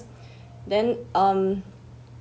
then um